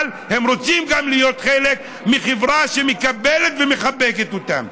אבל הם רוצים להיות גם חלק מחברה שמקבלת ומחבקת אותם.